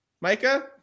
Micah